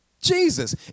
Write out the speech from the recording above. Jesus